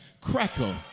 crackle